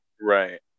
Right